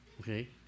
Okay